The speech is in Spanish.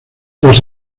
los